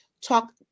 talk